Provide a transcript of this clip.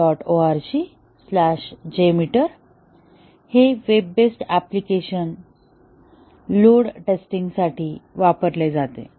org jmeter हे web based application load testing साठी वापरले जाते